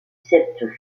sceptre